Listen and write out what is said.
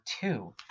two